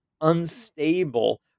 unstable